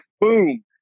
boom